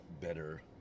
better